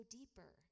deeper